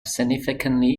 significantly